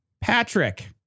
Patrick